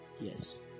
Yes